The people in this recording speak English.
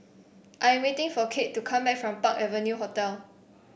I am waiting for Kade to come back from Park Avenue Hotel